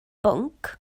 bwnc